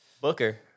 Booker